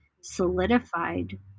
solidified